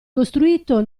costruito